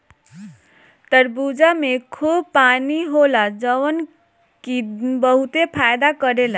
तरबूजा में खूब पानी होला जवन की बहुते फायदा करेला